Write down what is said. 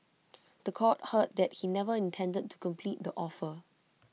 The Court heard that he never intended to complete the offer